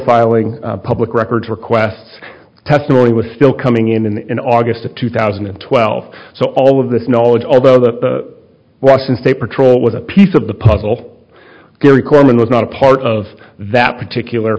filing public records requests testimony was still coming in in august of two thousand and twelve so all of this knowledge although the russian state patrol was a piece of the puzzle gary coleman was not a part of that particular